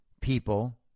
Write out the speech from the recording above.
people